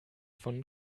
von